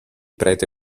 prete